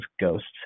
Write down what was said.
ghosts